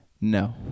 no